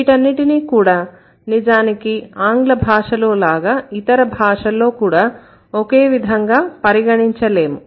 వీటన్నిటిని కూడా నిజానికి ఆంగ్లభాషలో లాగా ఇతర భాషల్లో కూడా ఒకే విధంగా పరిగణించలేము